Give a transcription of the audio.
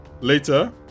later